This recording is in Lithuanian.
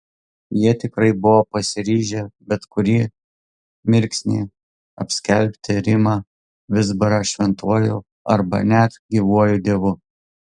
jie tikrai buvo pasiryžę bet kurį mirksnį apskelbti rimą vizbarą šventuoju arba net gyvuoju dievu